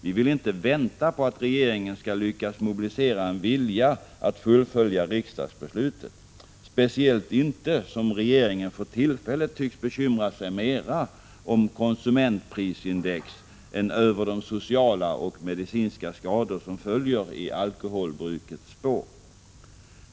Vi vill inte vänta på att regeringen skall lyckas mobilisera en vilja att fullfölja riksdagsbeslutet, speciellt inte som regeringen för tillfället tycks bekymra sig mer om konsumentprisindex än över de sociala och medicinska skador som följer i alkoholbrukets spår.